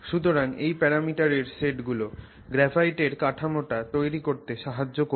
সুতরাং এই প্যারামিটার এর সেট গুলো গ্রাফাইটের কাঠামোটা তৈরি করতে সাহায্য করবে